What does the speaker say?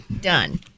done